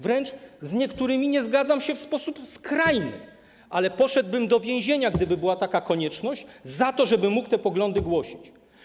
Wręcz z niektórymi nie zgadzam się w sposób skrajny, ale poszedłbym do więzienia, gdyby była taka konieczność, za to, żeby mógł te poglądy głosić.